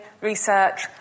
research